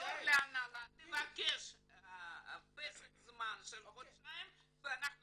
תחזור להנהלה תבקש פסק זמן של חודשיים ואנחנו